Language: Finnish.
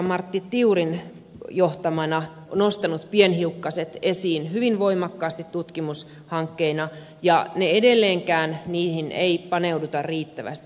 martti tiurin johtamana nostanut pienhiukkaset esiin hyvin voimakkaasti tutkimushankkeina ja edelleenkään niihin ei paneuduta riittävästi